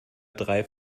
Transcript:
drei